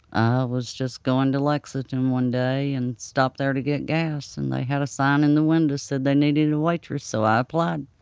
i was just going to lexington one day and stopped there to get gas and they had a sign in the window said they needed a waitress so i applied.